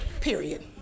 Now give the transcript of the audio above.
Period